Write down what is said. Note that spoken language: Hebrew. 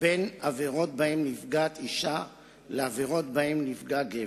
בין עבירות שבהן נפגעת אשה לעבירות שבהן נפגע גבר.